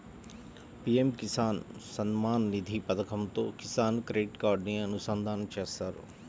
PM Kisan Samman Nidhi పథకంతో Kisan credit కార్డుని అనుసంధానం చేత్తారు